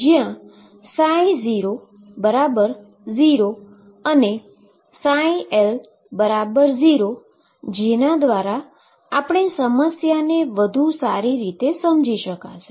જ્યાં 00 અને L0 જેના દ્વારા આપણે સમસ્યાને વધુ સારી રીતે સમજી શકાશે